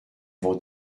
vend